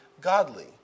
godly